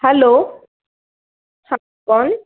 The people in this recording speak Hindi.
हल्लो ह कौन